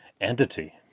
entity